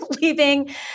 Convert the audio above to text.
leaving